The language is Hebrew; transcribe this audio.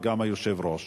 וגם היושב-ראש.